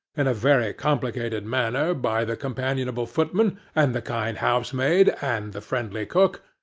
in a very complicated manner, by the companionable footman, and the kind housemaid, and the friendly cook,